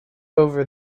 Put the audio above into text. over